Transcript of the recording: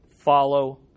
Follow